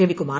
Ravikumar